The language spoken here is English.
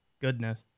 Goodness